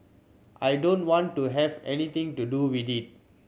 I don't want to have anything to do with it